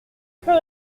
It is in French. plus